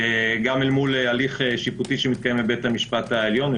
גם אל מול הליך שיפוטי שמתקיים בבית המשפט העליון,